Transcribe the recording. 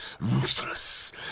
ruthless